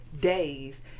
days